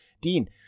Dean